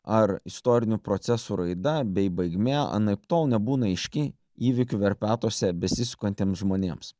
ar istorinių procesų raida bei baigmė anaiptol nebūna aiški įvykių verpetuose besisukantiems žmonėms